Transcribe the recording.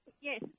Yes